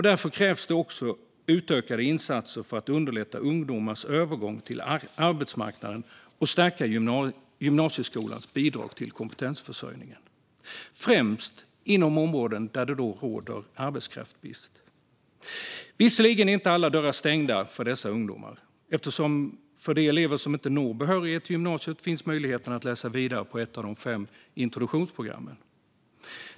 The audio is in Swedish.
Därför krävs också utökade insatser för att underlätta ungdomars övergång till arbetsmarknaden och att stärka gymnasieskolans bidrag till kompetensförsörjningen främst inom områden där det råder arbetskraftsbrist. Visserligen är inte alla dörrar stängda för dessa ungdomar. För de elever som inte når behörighet till gymnasiet finns möjligheten att läsa vidare på ett av de fem introduktionsprogrammen.